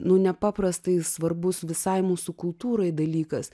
nu nepaprastai svarbus visai mūsų kultūrai dalykas